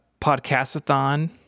Podcastathon